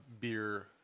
beer